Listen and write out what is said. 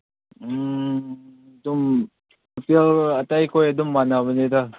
ꯎꯝ ꯑꯗꯨꯝ ꯍꯣꯇꯦꯜ ꯑꯇꯩ ꯈꯣꯏ ꯑꯗꯨꯝ ꯃꯥꯟꯅꯕꯅꯤꯗ